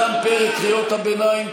תם פרק קריאות הביניים.